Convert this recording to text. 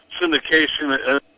syndication